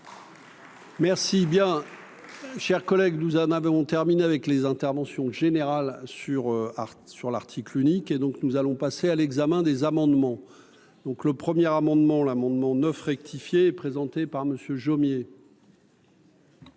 Merci bien, chers collègues, nous en avons terminé avec les interventions générales sur Arte sur l'article unique et donc nous allons passer à l'examen des amendements donc le premier amendement l'amendement 9 présenté par Monsieur